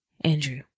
Andrew